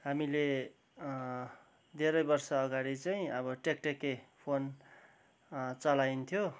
हामीले धेरै वर्ष अगाडि चाहिँ अब ट्याक्ट्याके फोन चलाइन्थ्यो